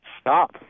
stop